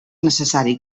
necessari